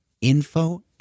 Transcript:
Info